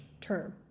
term